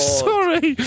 sorry